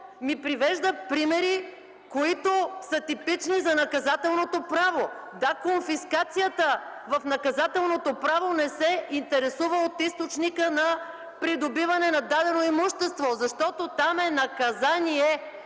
ни привежда примери, които са типични за наказателното право. Да, конфискацията в наказателното право не се интересува от източника на придобиване на дадено имущество, защото там е на ка за-ни-е.